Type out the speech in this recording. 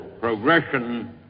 progression